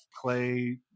Clay